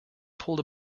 pulled